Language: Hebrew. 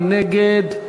מי נגד?